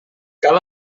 cal